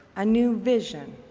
a new vision,